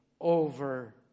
over